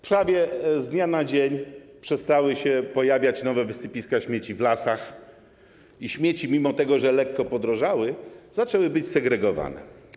Prawie z dnia na dzień przestały się pojawiać nowe wysypiska śmieci w lasach i śmieci, mimo że lekko podrożały, zaczęły być segregowane.